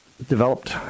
Developed